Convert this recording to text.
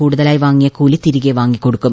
കൂടുതലായി വാങ്ങിയ കൂലി തിരികെ വാങ്ങിക്കൊടുക്കും